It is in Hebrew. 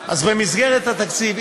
אז במסגרת התקציב,